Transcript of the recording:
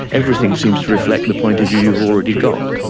everything seems to reflect the point of view you've already got.